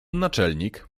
naczelnik